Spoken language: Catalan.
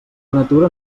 natura